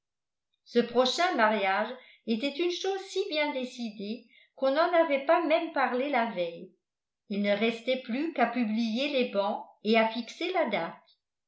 ce prochain mariage était une chose si bien décidée qu'on n'en avait pas même parlé la veille il ne restait plus qu'à publier les bans et à fixer la date